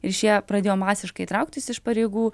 ir šie pradėjo masiškai trauktis iš pareigų